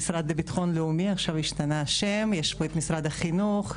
המשרד לביטחון לאומי עכשיו השתנה השם משרד החינוך,